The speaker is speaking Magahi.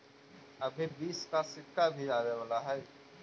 अभी बीस का सिक्का भी आवे वाला हई